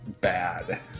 bad